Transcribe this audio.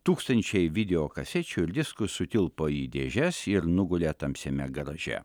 tūkstančiai video kasečių ir diskų sutilpo į dėžes ir nugulė tamsiame garaže